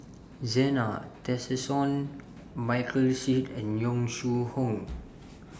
Zena Tessensohn Michael Seet and Yong Shu Hoong